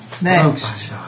next